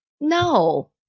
No